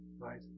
right